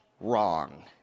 wrong